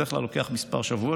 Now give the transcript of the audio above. בדרך כלל זה לוקח כמה שבועות,